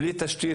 בלי תשתית,